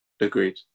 agreed